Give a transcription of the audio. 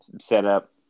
setup